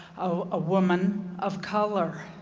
ah a woman of color.